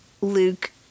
Luke